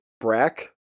Brack